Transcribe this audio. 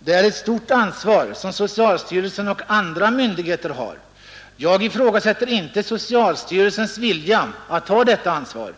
Det är ett stort ansvar som socialstyrelsen och andra myndigheter har. Jag ifrågasätter inte socialstyrelsens vilja att ta detta ansvar,